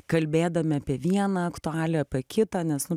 kalbėdami apie vieną aktualiją apie kitą nes nu